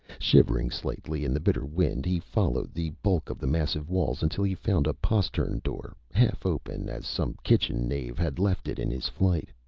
shivering slightly in the bitter wind, he followed the bulk of the massive walls until he found a postern door, half open as some kitchen knave had left it in his flight.